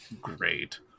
Great